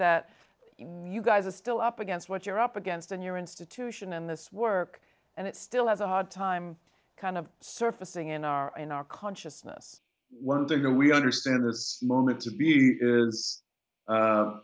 that you guys are still up against what you're up against in your institution and this work and it still has a hard time kind of surfacing in our in our consciousness wonder you know we understand there's moments of be